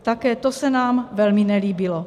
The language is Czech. Také to se nám velmi nelíbilo.